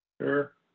Sure